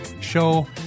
show